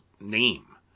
name